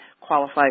qualify